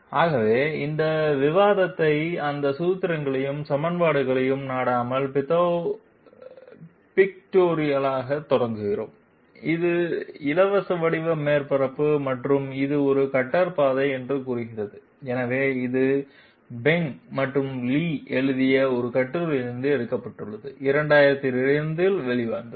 ஆகவே இந்த விவாதத்தை அந்த சூத்திரங்களையும் சமன்பாடுகளையும் நாடாமல் பிக்டோரியலாகத் தொடங்குகிறோம் இது இலவச வடிவ மேற்பரப்பு மற்றும் இது ஒரு கட்டர் பாதை என்று கூறுகிறது எனவே இது ஃபெங் மற்றும் லி எழுதிய ஒரு கட்டுரையில் எடுக்கப்பட்டுள்ளது 2002 இல் வெளிவந்தது